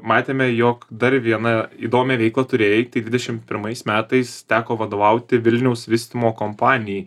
matėme jog dar viena įdomią veiklą turėjai tai dvidešim pirmais metais teko vadovauti vilniaus vystymo kompanijai